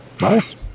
nice